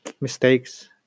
mistakes